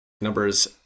numbers